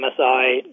MSI